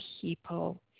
people